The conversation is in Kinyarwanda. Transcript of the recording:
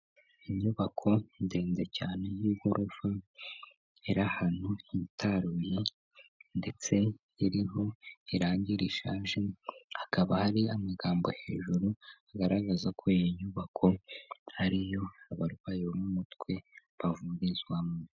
Inyubako ndende cyane y'igorofa, iri ahantu hitaruye, ndetse iriho irangi rishaje, hakaba hari amagambo hejuru agaragaza ko iyi nyubako ariyo abarwayi bo m'umutwe bavurizwamo.